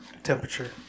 temperature